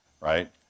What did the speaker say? right